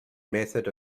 method